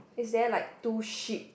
is there like two sheep